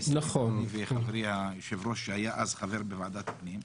אני וחברי היושב-ראש שהיה אז חבר בוועדת הפנים,